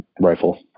rifle